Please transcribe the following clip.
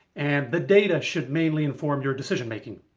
and the data should mainly inform your decision-making.